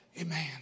Amen